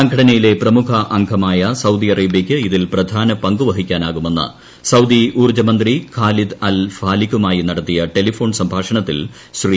സംഘടനയിലെ പ്രമുഖ അംഗമായ സൌദി അറേബ്യയ്ക്ക് ഇതിൽ പ്രധാന പങ്കുവഹിക്കാനാകുമെന്ന് സൌദി ഊർജ്ജ മന്ത്രി ഖാലിദ് ടെലിഫോൺ സംഭാഷണത്തിൽ ശ്രീ